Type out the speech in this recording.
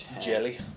Jelly